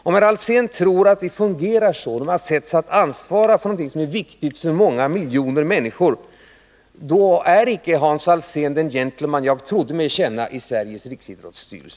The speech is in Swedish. Om herr Alsén tror att vi fungerar så när vi sätts att ansvara för någonting som är viktigt för många miljoner människor, är icke herr Alsén den gentleman jag trodde mig känna i Sveriges riksidrottsstyrelse.